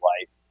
life